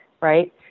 right